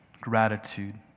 gratitude